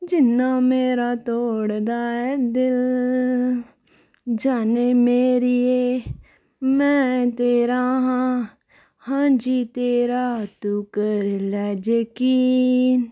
जिन्ना मेरा तोड़दा ऐं दिल जाने मेरिए मैं तेरा हां हां जी तेरा तू कर लै यकीन